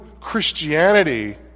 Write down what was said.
Christianity